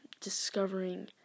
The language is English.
discovering